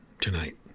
tonight